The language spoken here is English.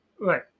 Right